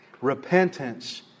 Repentance